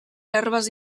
larves